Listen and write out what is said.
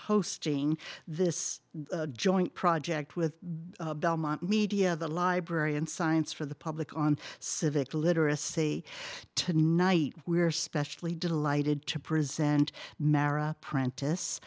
hosting this joint project with belmont media the library and science for the public on civic literacy tonight we are specially delighted to present mera apprentice